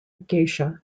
geisha